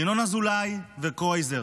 ינון אזולאי וקרויזר,